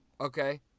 Okay